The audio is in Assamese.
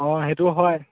অঁ সেইটো হয়